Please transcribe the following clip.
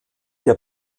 der